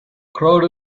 crowd